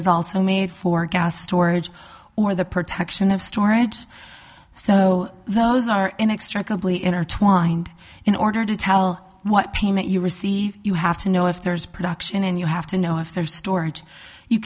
is also made for gas storage or the protection of storage so those are inextricably intertwined in order to tell what payment you receive you have to know if there's production and you have to know if there storage you